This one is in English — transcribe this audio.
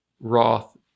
Roth